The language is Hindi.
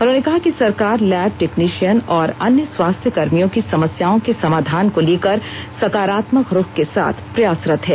उन्होंने कहा कि सरकार लैब टेक्निशयन और अन्य स्वास्थ्य कर्मियों की समस्याओं के समाधान को लेकर सकारात्मक रूख के साथ प्रयासरत है